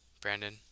Brandon